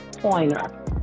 pointer